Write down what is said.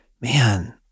man